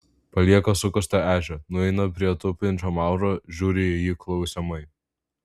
palieka sukastą ežią nueina prie tupinčio mauro žiūri į jį klausiamai